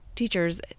teachers